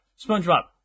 SpongeBob